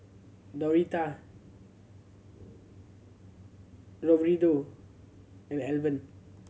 Doretta Roberto and Alvan